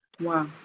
Wow